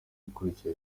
guhagarika